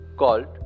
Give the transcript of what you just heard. Called